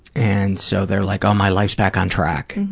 and so they're like, oh, my life's back on track.